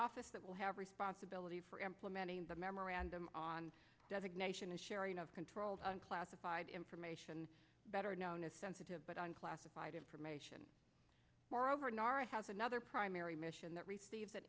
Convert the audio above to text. office that will have responsibility for implementing the memorandum on designation and sharing of controls on classified information better known as sensitive but on classified information moreover nara has another primary mission that receives that